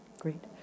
great